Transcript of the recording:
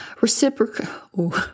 reciprocal